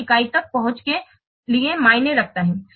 सभी इकाई तक पहुँच के लिए मायने रखता है